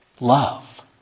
Love